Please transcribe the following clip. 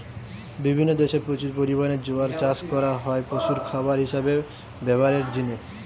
বিভিন্ন দেশে প্রচুর পরিমাণে জোয়ার চাষ করা হয় পশুর খাবার হিসাবে ব্যভারের জিনে